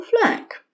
flag